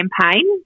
campaign